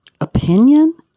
opinion